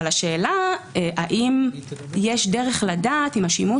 אבל השאלה היא האם יש דרך לדעת אם השימוש